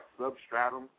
substratum